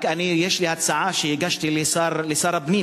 יש לי הצעה שהגשתי לשר הפנים,